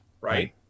right